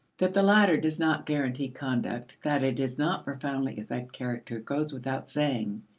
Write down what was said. that the latter does not guarantee conduct, that it does not profoundly affect character, goes without saying.